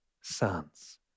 sons